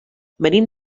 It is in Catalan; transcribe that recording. venim